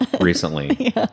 recently